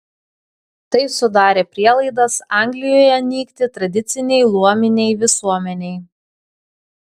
tai sudarė prielaidas anglijoje nykti tradicinei luominei visuomenei